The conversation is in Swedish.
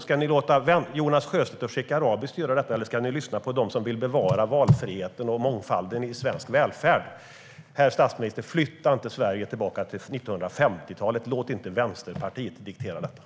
Ska ni låta Jonas Sjöstedt och Shekarabi styra detta, eller ska ni lyssna på dem som vill bevara valfriheten och mångfalden i svensk välfärd? Herr statsminister! Flytta inte Sverige tillbaka till 1950-talet! Låt inte Vänsterpartiet diktera detta!